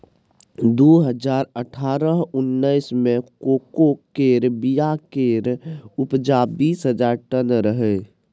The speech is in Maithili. दु हजार अठारह उन्नैस मे कोको केर बीया केर उपजा बीस हजार टन रहइ